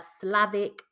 Slavic